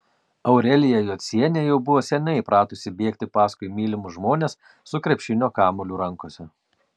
aurelija jocienė jau buvo seniai įpratusi bėgti paskui mylimus žmones su krepšinio kamuoliu rankose